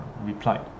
replied